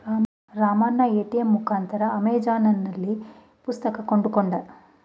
Ramanna ATM ಮುಖಾಂತರ ಅಮೆಜಾನ್ನಲ್ಲಿ ಪುಸ್ತಕ ಕೊಂಡುಕೊಂಡ